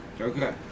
Okay